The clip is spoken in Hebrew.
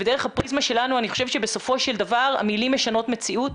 ודרך הפריזמה שלנו אני חושבת שבסופו של דבר המילים משנות מציאות.